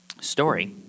Story